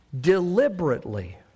deliberately